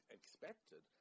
expected